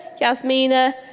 Yasmina